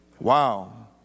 Wow